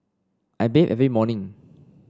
I bathe every morning